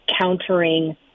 countering